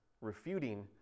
refuting